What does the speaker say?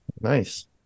Nice